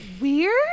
weird